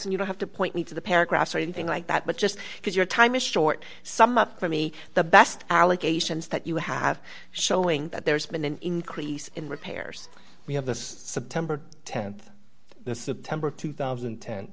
and you don't have to point me to the paragraphs or anything like that but just because your time is short sum up for me the best allocations that you have showing that there's been an increase in repairs we have the september th the september two thousand